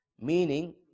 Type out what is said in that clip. Meaning